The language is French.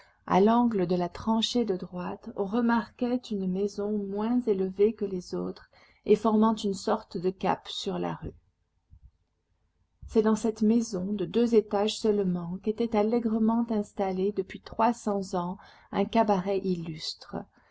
à l'angle de la tranchée de droite on remarquait une maison moins élevée que les autres et formant une sorte de cap sur la rue c'est dans cette maison de deux étages seulement qu'était allégrement installé depuis trois cents ans un cabaret illustre